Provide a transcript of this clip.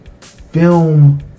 film